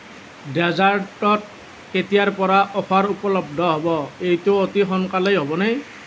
ডেজাৰ্টত কেতিয়াৰ পৰা অফাৰ উপলব্ধ হ'ব এইটো অতি সোনকালেই হ'বনে